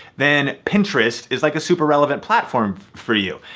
then pinterest is like a super relevant platform for you.